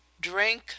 drink